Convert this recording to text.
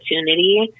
opportunity